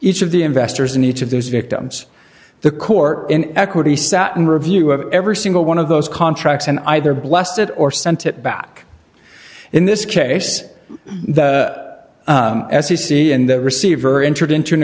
each of the investors in each of those victims the court in equity sat in review of every single one of those contracts and either blessed it or sent it back in this case the f c c and the receiver entered into an